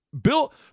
Bill